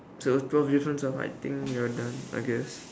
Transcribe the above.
so twelve differences are I think we are done okay